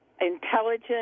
intelligent